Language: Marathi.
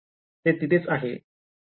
ते तिथेच आहे का बॉण्ड्री boundary वर आहेत